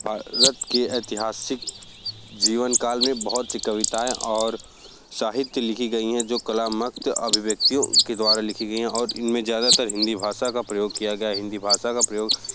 भारत के ऐतिहासिक जीवन काल में बहुत सी कविताएँ और साहित्य लिखी गईं हैं जो कलात्मक अभिव्यक्तियों के द्वारा लिखी गईं हैं और इनमें ज़्यादातर हिंदी भाषा का प्रयोग किया गया हिंदी भाषा का प्रयोग